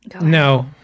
No